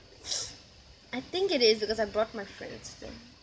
I think it is because I brought my friends there